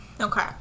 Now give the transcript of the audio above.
Okay